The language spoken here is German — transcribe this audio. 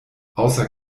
außer